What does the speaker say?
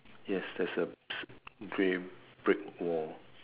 yes there's a grey brick wall